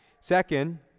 Second